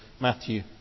Matthew